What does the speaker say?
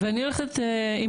אני הולכת עם